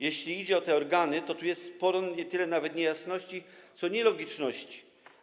Jeśli idzie o te organy, to tu jest sporo nie tyle nawet niejasności, co nielogiczności.